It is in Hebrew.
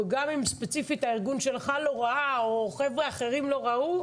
וגם אם ספציפית הארגון שלך לא ראה או חבר'ה אחרים לא ראו,